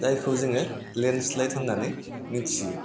जायखौ जोङो लेन्द स्लाइद होन्नानै मिथियो